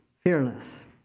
fearless